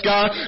God